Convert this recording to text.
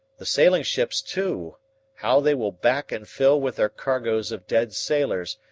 the sailing ships too how they will back and fill with their cargoes of dead sailors,